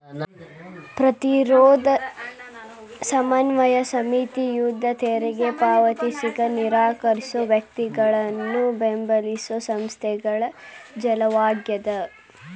ಪ್ರತಿರೋಧ ಸಮನ್ವಯ ಸಮಿತಿ ಯುದ್ಧ ತೆರಿಗೆ ಪಾವತಿಸಕ ನಿರಾಕರ್ಸೋ ವ್ಯಕ್ತಿಗಳನ್ನ ಬೆಂಬಲಿಸೊ ಸಂಸ್ಥೆಗಳ ಜಾಲವಾಗ್ಯದ